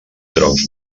troncs